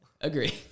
agree